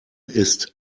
ist